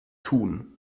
tun